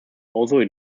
although